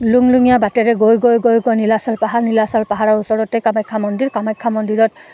লুং লুঙীয়া বাটৰে গৈ গৈ গৈ গৈ নীলাচল পাহাৰ নীলাচল পাহাৰৰ ওচৰতে কামাখ্যা মন্দিৰ কামাখ্যা মন্দিৰত